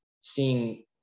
seeing